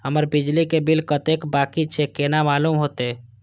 हमर बिजली के बिल कतेक बाकी छे केना मालूम होते?